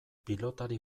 pilotari